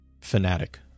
Fanatic